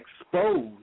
exposed